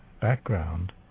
background